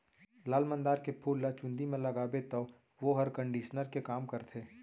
लाल मंदार के फूल ल चूंदी म लगाबे तौ वोहर कंडीसनर के काम करथे